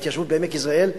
ההתיישבות בעמק יזרעאל,